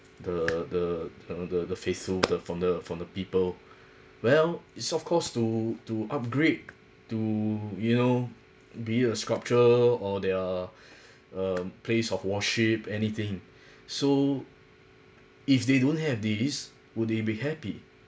the the the the the faithful the from the from the people well is of course to to upgrade to you know be it a sculpture or their uh place of worship anything so if they don't have these will they be happy